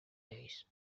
days